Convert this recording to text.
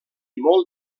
molt